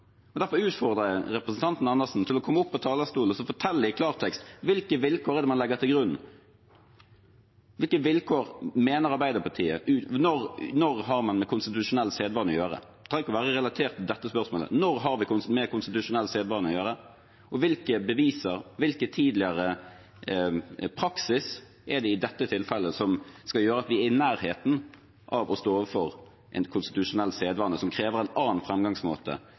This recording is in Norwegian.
Derfor utfordrer jeg representanten Dag Terje Andersen til å komme opp på talerstolen og fortelle i klartekst hvilke vilkår Arbeiderpartiet mener det er man legger til grunn når man har med konstitusjonell sedvane å gjøre. Det trenger ikke være relatert til dette spørsmålet. Når har vi med konstitusjonell sedvane å gjøre? Og hvilken tidligere praksis er det i dette tilfellet som skal gjøre at vi er i nærheten av å stå overfor en konstitusjonell sedvane som krever en annen